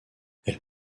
elles